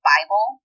Bible